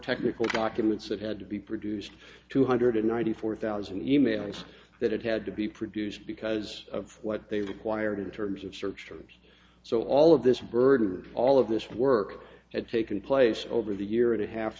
technical documents that had to be produced two hundred ninety four thousand emails that it had to be produced because of what they required in terms of search terms so all of this burden all of this work had taken place over the year and a half